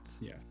Yes